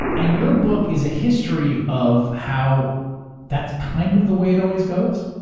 and your book is a history of how that's kind of the way it always goes.